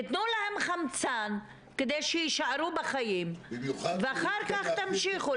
תתנו להם חמצן כדי שיישארו ואחר כך תמשיכו.